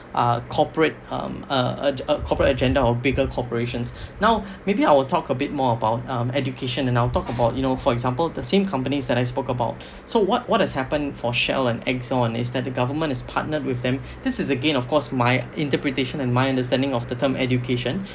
uh corporate um uh corporate agenda or bigger corporations now maybe I will talk a bit more about um education and I'll talk about you know for example the same companies that I spoke about so what what has happened for Shell and Exxon is that the government has partnered with them this is again of course my interpretation and my understanding of the term education